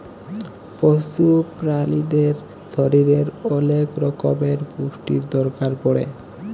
পশু প্রালিদের শরীরের ওলেক রক্যমের পুষ্টির দরকার পড়ে